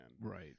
Right